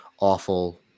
awful